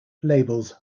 labels